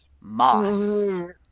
Moss